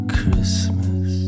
Christmas